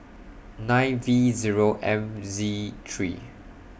nine V Zero M Z three